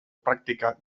praktika